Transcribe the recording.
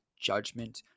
judgment